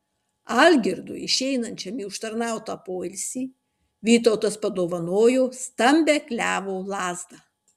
algirdui išeinančiam į užtarnautą poilsį vytautas padovanojo stambią klevo lazdą